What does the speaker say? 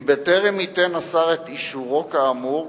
כי בטרם ייתן השר את אישורו כאמור,